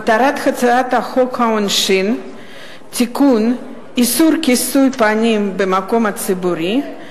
מטרת הצעת החוק העונשין (תיקון איסור כיסוי פנים במקום ציבורי)